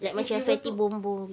like if you were to